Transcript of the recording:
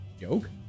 joke